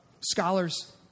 Scholars